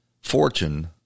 fortune